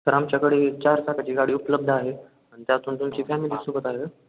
sir आमच्याकडे चार चाकाची गाडी उपलब्ध आहे आणि त्यातून तुमची फॅमिली सोबत आहे